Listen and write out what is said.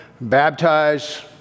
baptize